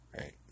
right